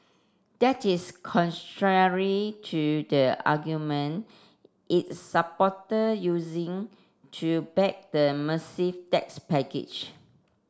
that is contrary to the argument its supporter using to back the massive tax package